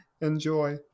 enjoy